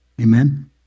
Amen